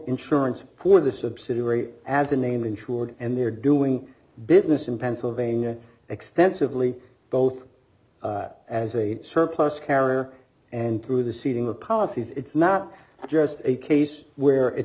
insurance for the subsidiary as the name insured and they're doing business in pennsylvania extensively both as a surplus carrier and through the seeding the policies it's not just a case where it